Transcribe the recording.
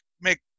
make